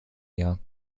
jahr